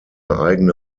eigene